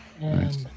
Nice